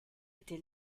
était